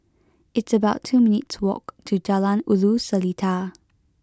it's about two minutes' walk to Jalan Ulu Seletar